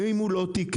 אם הוא לא תיקן